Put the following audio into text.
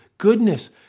goodness